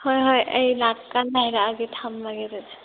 ꯍꯣꯏ ꯍꯣꯏ ꯑꯩ ꯂꯥꯛꯄ ꯀꯥꯟꯗ ꯍꯥꯏꯔꯛꯑꯒꯦ ꯊꯝꯃꯒꯦ ꯑꯗꯨꯗꯤ